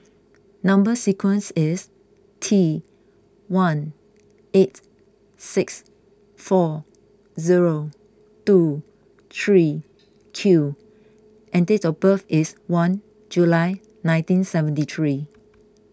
Number Sequence is T one eight six four zero two three Q and date of birth is one July nineteen seventy three